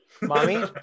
Mommy